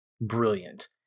brilliant